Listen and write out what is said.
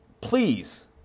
please